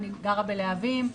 אני גרה בלהבים,